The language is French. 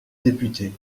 députée